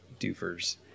doofers